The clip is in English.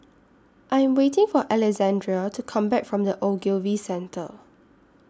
I'm waiting For Alexandria to Come Back from The Ogilvy Centre